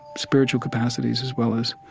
spiritual capacities as well as